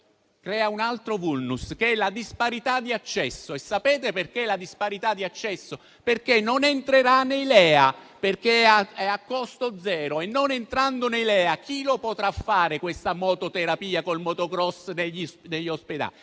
crea un altro *vulnus*, che è la disparità di accesso. Sapete perché la disparità di accesso? Non entrerà nei LEA, perché è a costo zero e, non entrando nei LEA, chi la potrà fare la mototerapia col *motocross* negli ospedali?